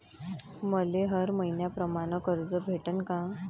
मले हर मईन्याप्रमाणं कर्ज भेटन का?